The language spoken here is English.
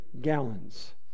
gallons